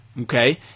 okay